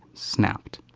snapped.